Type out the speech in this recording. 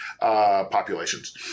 populations